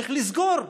צריך לסגור,